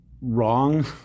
wrong